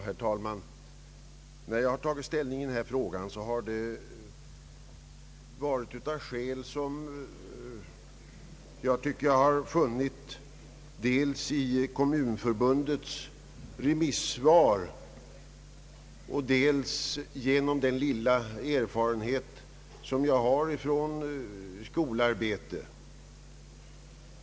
Herr talman! Jag har tagit ställning i denna fråga på grundval av de skäl jag tycker mig ha funnit i Kommunförbundets remissvar och med utgångspunkt från den lilla erfarenhet jag har av skolarbete.